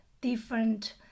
different